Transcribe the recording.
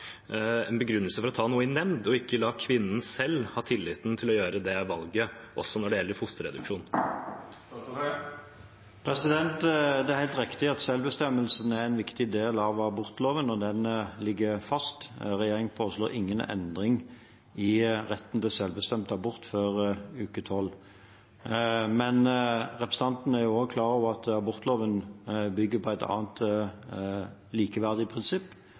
en begrunnelse for å ta noe i nemnd og ikke la kvinnen selv få tilliten til å gjøre det valget også når det gjelder fosterreduksjon? Det er helt riktig at selvbestemmelsen er en viktig del av abortloven, og den ligger fast. Regjeringen foreslår ingen endring i retten til selvbestemt abort før uke tolv. Men representanten er også klar over at abortloven bygger på et annet likeverdig prinsipp,